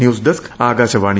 news desk Akashvani